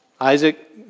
Isaac